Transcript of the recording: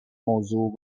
موضوع